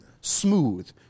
smooth